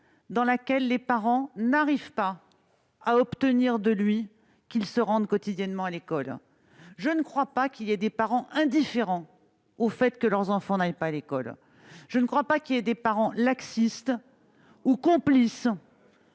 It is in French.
une famille où les parents n'arrivent pas à obtenir de lui qu'il se rende quotidiennement à l'école. Je ne crois pas qu'il y ait des parents indifférents au fait que leur enfant n'aille pas à l'école. Je ne crois pas qu'il y ait des parents laxistes ou complices.